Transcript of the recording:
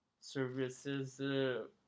Services